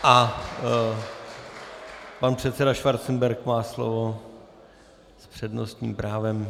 A pan předseda Schwarzenberg má slovo s přednostním právem.